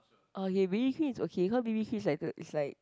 okay b_b cream is okay cause b_b cream is like a is like